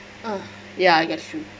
uh ya that's true